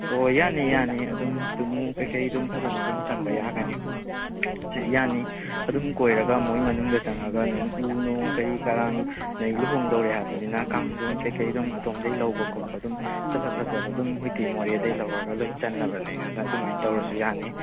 ꯍꯣꯏ ꯌꯥꯅꯤ ꯌꯥꯅꯤ ꯑꯗꯨꯝ ꯇꯨꯝꯃꯨ ꯀꯔꯤ ꯀꯔꯤ ꯑꯗꯨꯝ ꯐꯖꯅ ꯑꯗꯨꯝ ꯆꯪꯕ ꯌꯥꯒꯅꯤ ꯌꯥꯅꯤ ꯑꯗꯨꯝ ꯀꯣꯏꯔꯒ ꯃꯣꯏ ꯃꯅꯨꯡꯗ ꯆꯪꯉꯒ ꯑꯗꯨꯝ ꯎ ꯅꯨꯡ ꯀꯔꯤ ꯀꯔꯥꯡ ꯑꯗꯩ ꯂꯨꯍꯣꯡꯗꯣꯔꯦ ꯍꯥꯏꯕꯅꯤꯅ ꯀꯥꯡꯊꯣꯟ ꯀꯔꯤ ꯀꯔꯤ ꯑꯗꯨꯝ ꯑꯁꯣꯝꯗꯩ ꯂꯧꯕ ꯈꯣꯠꯄ ꯑꯗꯨꯝ ꯐꯖ ꯐꯖꯕ ꯑꯗꯨꯝ ꯍꯧꯖꯤꯛꯇꯤ ꯃꯣꯔꯦꯗꯩ ꯂꯧꯔꯒ ꯑꯗꯨꯝ ꯆꯟꯅꯕꯅꯦ ꯑꯗ ꯑꯗꯨꯃꯥꯏꯅ ꯇꯧꯔꯁꯨ ꯌꯥꯅꯤ